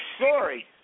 sorry